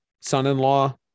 son-in-law